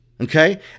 Okay